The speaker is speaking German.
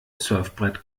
surfbrett